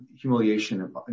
humiliation